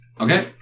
Okay